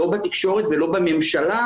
לא בתקשורת ולא בממשלה,